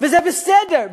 וזה בסדר,